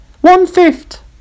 One-fifth